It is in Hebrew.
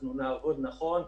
אנחנו נעבוד נכון,